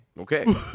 okay